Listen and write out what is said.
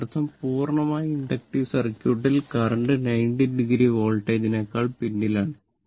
അതിനർത്ഥം പൂർണ്ണമായും ഇൻഡക്റ്റീവ് സർക്യൂട്ടിൽ കറന്റ് 90o വോൾട്ടേജിനെക്കാൾ പിന്നിലാണ്